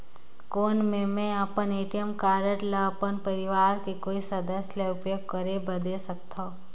कौन मैं अपन ए.टी.एम कारड ल अपन परवार के कोई सदस्य ल उपयोग करे बर दे सकथव?